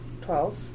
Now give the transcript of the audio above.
Twelve